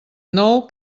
nou